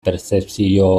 pertzepzio